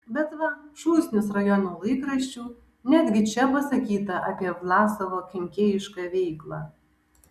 bet va šūsnis rajono laikraščių netgi čia pasakyta apie vlasovo kenkėjišką veiklą